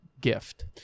gift